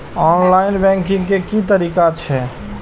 Online banking के की तरीका छै?